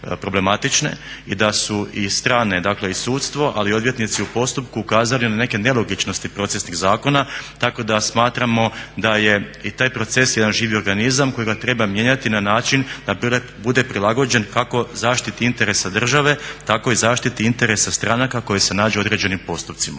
problematične i da su i strane i sudstvo, ali i odvjetnici u postupku ukazali na neke nelogičnosti procesnih zakona. Tako da smatramo da je i taj proces jedan živi organizam kojega treba mijenjati na način da bude prilagođen kako zaštiti interesa države tako i zaštiti interesa stranaka koje se nađu u određenim postupcima.